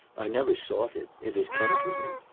i never sought it it has come to me.